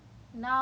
some period